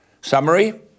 summary